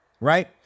right